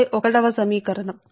కాబట్టి ఇది సమీకరణం 31